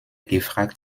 gefragt